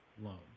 loan